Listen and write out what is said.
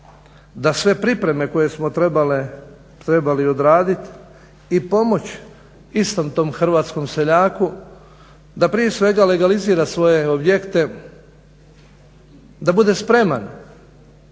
da sve pripreme koje smo trebali odraditi i pomoći istom tom hrvatskom seljaku da prije svega legalizira svoje objekte, da bude spreman